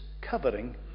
covering